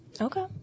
Okay